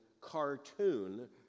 cartoon